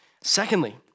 Secondly